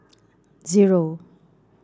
zero